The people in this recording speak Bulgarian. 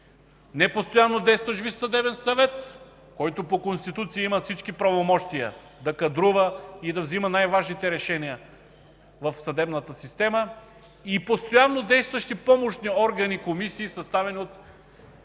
непостоянно действащ Висш съдебен съвет, който по Конституция има всички правомощия да кадрува и да взема най-важните решения в съдебната система и постоянно действащи помощни органи – комисии, съставени от